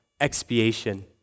Expiation